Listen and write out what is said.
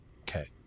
Okay